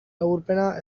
laburpena